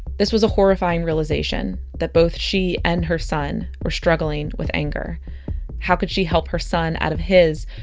this was a horrifying realization that both she and her son were struggling with anger how could she help her son out of his,